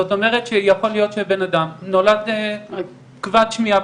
זאת אומרת שיכול להיות שבנאדם נולד כבד שמיעה,